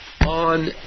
on